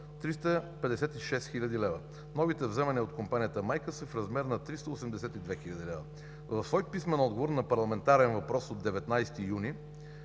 356 хил. лв. Новите вземания от компанията майка са в размер на 382 хил. лв. В свой писмен отговор на парламентарен въпрос от 19 юни,